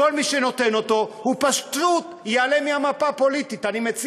כל מי שנותן אותו, הוא פשוט ייעלם מהמפה הפוליטית.